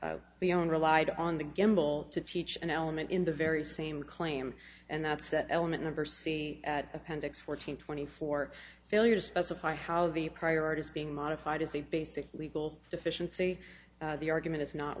beyond relied on the gamble to teach an element in the very same claim and that set element number c at appendix fourteen twenty four failure to specify how the priorities being modified is a basic legal deficiency the argument is not